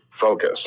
Focus